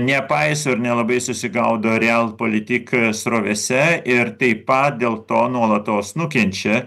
nepaiso ir nelabai susigaudo realpolitik srovėse ir taip pat dėl to nuolatos nukenčia